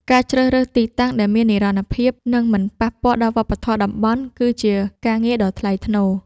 ការជ្រើសរើសទីតាំងដែលមាននិរន្តរភាព និងមិនប៉ះពាល់ដល់វប្បធម៌តំបន់ គឺជាការងារដ៏ថ្លៃថ្នូរ។